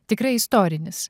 tikrai istorinis